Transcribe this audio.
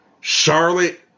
Charlotte